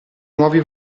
nuovi